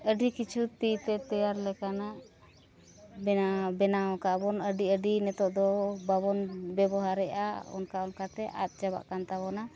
ᱟᱹᱰᱤ ᱠᱤᱪᱷᱩ ᱛᱤᱛᱮ ᱛᱮᱭᱟᱨ ᱞᱮᱠᱟᱱᱟᱜ ᱵᱮᱱᱟᱣ ᱠᱟᱜ ᱟᱵᱚᱱ ᱟᱹᱰᱤ ᱟᱹᱰᱤ ᱱᱤᱛᱚᱜ ᱫᱚ ᱵᱟᱵᱚᱱ ᱵᱮᱵᱚᱦᱟᱨᱮᱫᱼᱟ ᱚᱱᱠᱟ ᱚᱱᱠᱟᱛᱮ ᱟᱫ ᱪᱟᱵᱟᱜ ᱠᱟᱱ ᱛᱟᱵᱚᱱᱟ